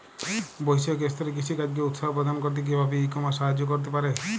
বৈষয়িক স্তরে কৃষিকাজকে উৎসাহ প্রদান করতে কিভাবে ই কমার্স সাহায্য করতে পারে?